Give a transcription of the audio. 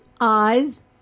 eyes